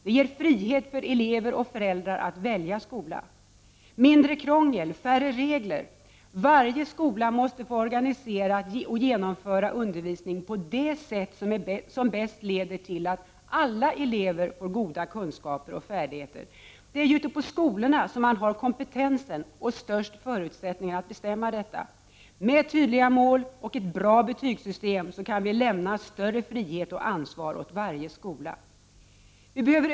Det ger frihet för elever och föräldrar att välja skola. — Mindre krångel och färre regler. Varje skola måste få organisera och genomföra undervisningen på det sätt som bäst leder till att alla elever får goda kunskaper och färdigheter. Det är ute på skolorna man har kompetensen och de bästa förutsättningarna att bestämma detta. Med tydliga mål och ett bra betygssystem kan vi lämna större frihet och ansvar åt varje skola.